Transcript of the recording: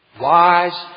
wise